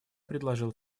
предложил